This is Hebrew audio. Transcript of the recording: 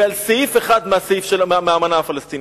ועל סעיף אחד מהאמנה הפלסטינית.